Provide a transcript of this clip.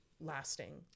lasting